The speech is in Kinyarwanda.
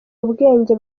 ubwenge